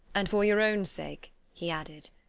and for your own sake, he added,